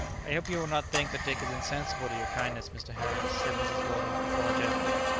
i hope you will not think that dick is insensible to your kindness, mr. harris, said mrs. weldon, apologetically.